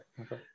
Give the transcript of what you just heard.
Okay